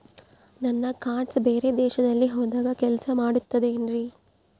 ನನ್ನ ಕಾರ್ಡ್ಸ್ ಬೇರೆ ದೇಶದಲ್ಲಿ ಹೋದಾಗ ಕೆಲಸ ಮಾಡುತ್ತದೆ ಏನ್ರಿ?